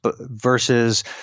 versus